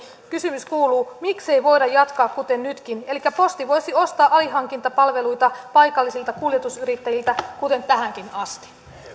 miksei voida jatkaa kuten nytkin elikkä niin että posti voisi ostaa alihankintapalveluita paikallisilta kuljetusyrittäjiltä kuten tähänkin asti